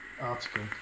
article